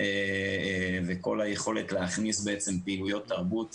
וכל היכולת להכניס פעילויות תרבות